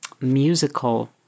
musical